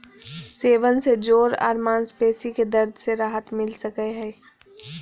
सेवन से जोड़ आर मांसपेशी के दर्द से राहत मिल सकई हई